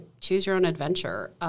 choose-your-own-adventure